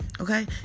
okay